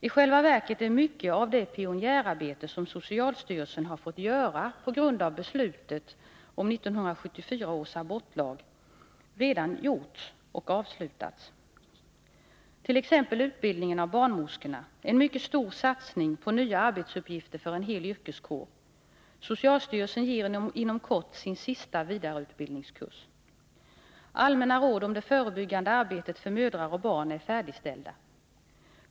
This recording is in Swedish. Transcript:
I själva verket är mycket av det pionjärarbete som socialstyrelsen har fått göra på grund av beslutet om 1974 års abortlag redan gjort och avslutat. Det gäller t.ex. utbildningen av barnmorskorna. Det är en mycket stor satsning på nya arbetsuppgifter för en hel yrkeskår. Socialstyrelsen ger inom kort sin sista vidareutbildningskurs. Allmänna råd om det förebyggande arbetet för mödrar och barn är färdigställda.